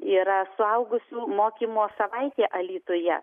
yra suaugusių mokymo savaitė alytuje